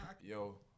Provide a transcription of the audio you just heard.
Yo